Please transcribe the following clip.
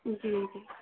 जी